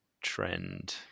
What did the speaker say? trend